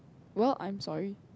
well I am sorry